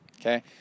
Okay